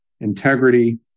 integrity